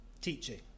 teaching